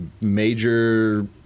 major